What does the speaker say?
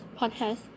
podcast